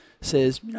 says